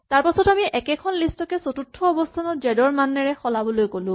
তাৰপাছত আমি একেখন লিষ্ট কে চতুৰ্থ অৱস্হানত জেড ৰ মানেৰে সলাবলৈ কৈছো